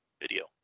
video